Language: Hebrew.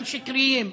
גם שקריים.